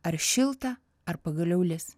ar šilta ar pagaliau lis